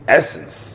essence